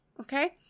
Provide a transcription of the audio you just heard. okay